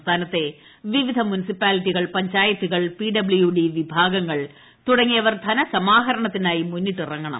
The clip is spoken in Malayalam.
സംസ്ഥാനത്തെ വിവിധ മുനിസിപ്പാലിറ്റികൾ പഞ്ചായത്തുകൾ പിഡബ്ല്യൂഡി വിഭാഗങ്ങൾ തുടങ്ങിയവർ ധനസമാഹരണത്തിനായി മുന്നിട്ടിറങ്ങണം